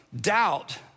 doubt